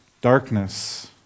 Darkness